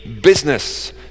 business